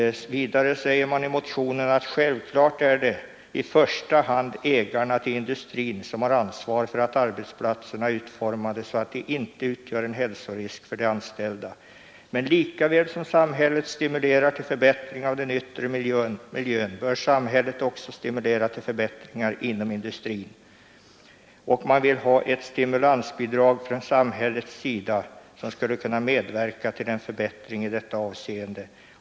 Vidare säger man i motionen att självklart är det i första hand ägarna till industrin som har ansvar för att arbetsplatserna är utformade så att de icke utgör en hälsorisk för de anställda. Men lika väl som samhället stimulerar till förbättring av den yttre miljön bör samhället också stimulera till förbättringar inom industrin. Och man vill ha ett stimulansbidrag från samhällets sida som skulle kunna medverka till en förbättring i detta avseende.